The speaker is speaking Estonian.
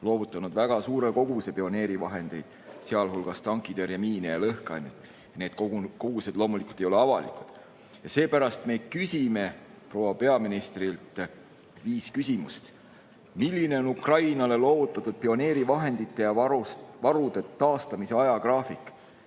loovutanud väga suure koguse pioneerivahendeid, sealhulgas tankitõrjemiine ja lõhkeainet. Need kogused ei ole loomulikult avalikud. Seepärast me küsime proua peaministrilt viis küsimust. Milline on Ukrainale loovutatud pioneerivahendite ja ‑varude taastamise ajagraafik